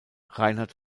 reinhard